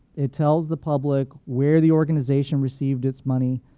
it tells the public where the organization received its money,